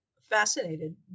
fascinated